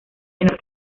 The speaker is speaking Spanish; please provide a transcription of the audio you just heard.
menor